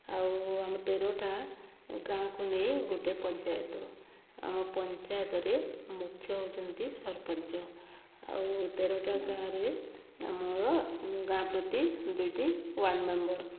ଆଉ ଆମ ତେରଟା ଗାଁକୁ ନେଇ ଗୋଟେ ପଞ୍ଚାୟତ ଆମ ପଞ୍ଚାୟତରେ ମୁଖ୍ୟ ହଉଛନ୍ତି ସରପଞ୍ଚ ଆଉ ତେରଟା ଗାଁରେ ଆମର ଗାଁ ପ୍ରତି ଦୁଇଟି ୱାର୍ଡ଼ ମେମ୍ବର